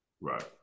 Right